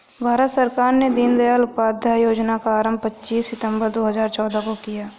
भारत सरकार ने दीनदयाल उपाध्याय योजना का आरम्भ पच्चीस सितम्बर दो हज़ार चौदह को किया